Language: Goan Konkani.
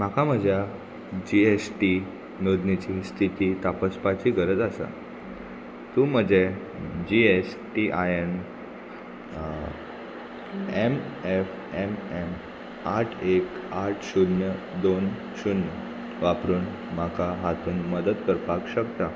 म्हाका म्हज्या जी एस टी नोंदणीची स्थिती तापसपाची गरज आसा तूं म्हजें G S T I N M F M M आठ एक आठ शुन्य दोन शुन्य वापरून म्हाका हातूंत मदत करपाक शकता